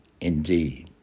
indeed